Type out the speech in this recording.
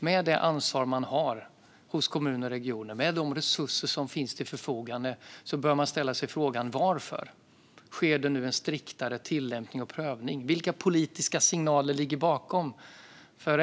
Med det ansvar som kommuner och regioner har och med de resurser som står till förfogande bör man ställa sig frågan: Varför sker det nu en striktare tillämpning och prövning? Vilka politiska signaler ligger bakom?